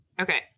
Okay